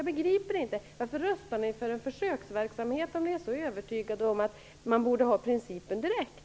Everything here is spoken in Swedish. Jag begriper inte varför ni röstar för en försöksverksamhet om ni är så övertygade om att man borde ha principen direkt.